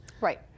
Right